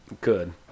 Good